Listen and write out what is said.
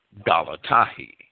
Galatahi